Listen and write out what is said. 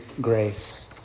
grace